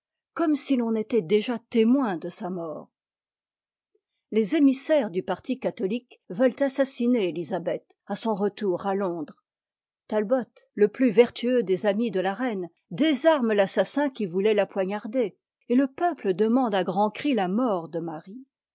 comme si l'on était déjà témoin de sa mort les émissaires du parti catholique veulent assassiner élisabeth à son retour à londres ta bot le plus vertueux des amis de la reine désarme l'assassin qui voulait la poignarder et le peuple demande à grands cris la mort de marie